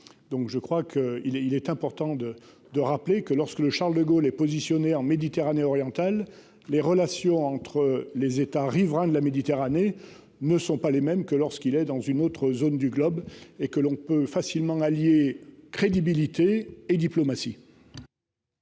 Donc je crois qu'il est, il est important de, de rappeler que lorsque le Charles-de-Gaulle est positionnés en Méditerranée orientale. Les relations entre les États riverains de la Méditerranée ne sont pas les mêmes que lorsqu'il est dans une autre zone du globe et que l'on peut facilement. Crédibilité et diplomatie.